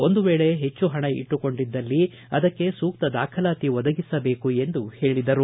ಒಂದು ವೇಳೆ ಹೆಚ್ಚು ಹಣ ಇಟ್ಲುಕೊಂಡಿದಲ್ಲಿ ಅದಕ್ಕೆ ಸೂಕ್ತ ದಾಖಲಾತಿಗಳನ್ನು ಒದಗಿಸಬೇಕು ಎಂದು ಹೇಳಿದರು